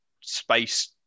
space